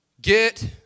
Get